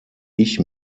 ich